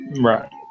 Right